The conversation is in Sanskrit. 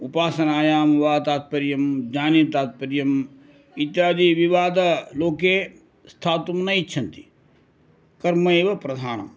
उपासनायां वा तात्पर्यं ज्ञाने तात्पर्यम् इत्यादि विवादलोके स्थातुं न इच्छन्ति कर्म एव प्रधानम्